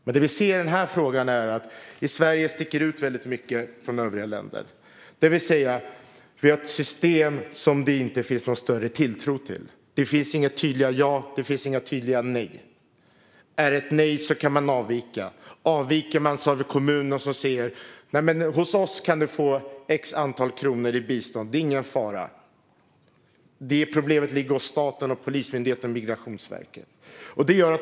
Men det som vi ser i denna fråga är att Sverige sticker ut väldigt mycket jämfört med andra länder, det vill säga att vi har ett system som det inte finns någon större tilltro till. Det finns inga tydliga ja, och det finns inga tydliga nej. Är det ett nej kan man avvika. Avviker man har vi kommuner som säger: Hos oss kan du fått X kronor i bistånd. Det är ingen fara. Problemet ligger hos staten, Polismyndigheten och Migrationsverket.